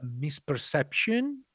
misperception